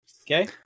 Okay